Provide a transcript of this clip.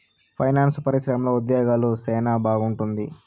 finance పరిశ్రమలో ఉద్యోగాలు సెనా బాగుంటుంది